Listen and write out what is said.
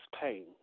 pain